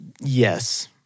yes